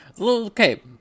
okay